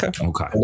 okay